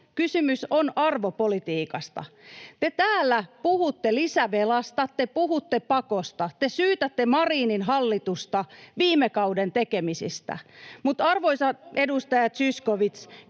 kysymys on arvopolitiikasta. Te täällä puhutte lisävelasta, te puhutte pakosta, te syytätte Marinin hallitusta viime kauden tekemisistä, mutta, arvoisa edustaja Zyskowicz,